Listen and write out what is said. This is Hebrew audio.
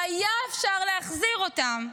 והיה אפשר להחזיר אותם.